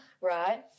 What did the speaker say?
Right